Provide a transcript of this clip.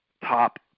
top